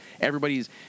everybody's